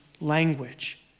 language